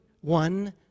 one